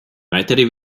weitere